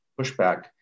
pushback